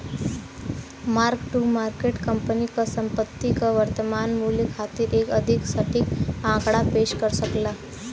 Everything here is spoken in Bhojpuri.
मार्क टू मार्केट कंपनी क संपत्ति क वर्तमान मूल्य खातिर एक अधिक सटीक आंकड़ा पेश कर सकला